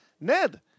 Ned